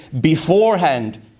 beforehand